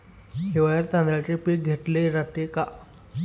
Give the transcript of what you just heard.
हिवाळ्यात तांदळाचे पीक घेतले जाते का?